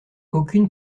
aucune